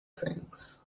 things